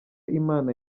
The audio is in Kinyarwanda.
imana